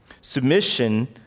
submission